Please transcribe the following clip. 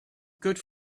good